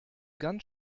ganz